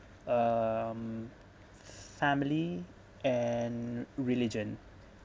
um family and religion